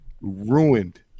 ruined